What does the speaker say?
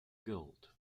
gold